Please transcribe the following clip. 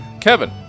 Kevin